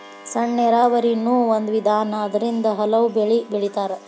ಸಣ್ಣ ನೇರಾವರಿನು ಒಂದ ವಿಧಾನಾ ಅದರಿಂದ ಹಲವು ಬೆಳಿ ಬೆಳಿತಾರ